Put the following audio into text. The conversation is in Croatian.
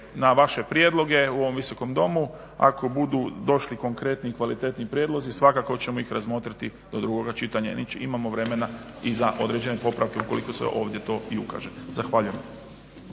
na vaše prijedloge u ovom Visokom domu, ako budu došli konkretni i kvalitetni prijedlozi svakako ćemo ih razmotriti do drugoga čitanja, imamo vremena i za određene popravke ukoliko se ovdje to i ukaže. Zahvaljujem.